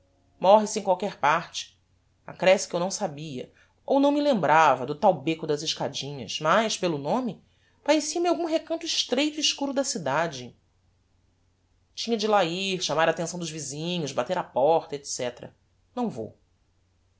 morre-se em qualquer parte accresce que eu não sabia ou não me lembrava do tal becco das escadinhas mas pelo nome parecia-me algum recanto estreito e escuro da cidade tinha de lá ir chamar a attenção dos visinhos bater á porta etc que massada não vou